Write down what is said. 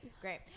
Great